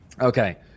Okay